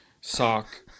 sock